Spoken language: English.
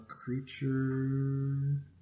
creature